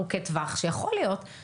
ככה זה אמור להיות באיזונים בשלטון.